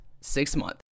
six-month